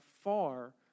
far